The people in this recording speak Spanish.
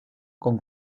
con